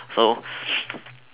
so